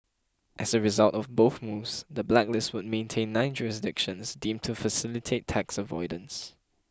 as a result of both moves the blacklist would maintain nine jurisdictions deemed to facilitate tax avoidance